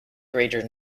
greater